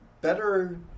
better